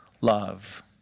love